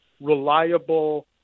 reliable